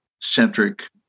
centric